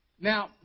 Now